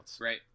right